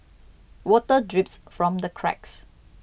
water drips from the cracks